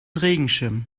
regenschirm